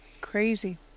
Crazy